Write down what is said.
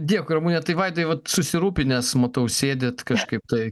dėkui ramune tai vaidai vat susirūpinęs matau sėdit kažkaip tai